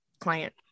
client